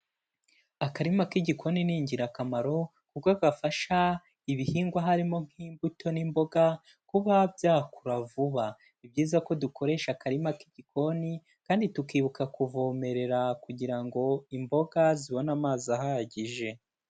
Akarima k'igikoni ni ingirakamaro kuko gafasha ibihingwa harimo nk'imbuto n'imboga kuba byakura vuba. Ni byiza ko dukoresha akarima k'igikoni kandi tukibuka kuvomerera kugira ngo imboga zibone amazi ahagije.